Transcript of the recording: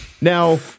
Now